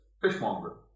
fishmonger